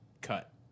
cut